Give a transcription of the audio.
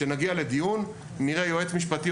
כשנגיע לדיון נראה יועץ משפטי,